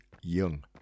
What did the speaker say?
young